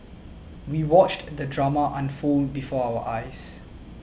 we watched the drama unfold before our eyes